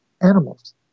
animals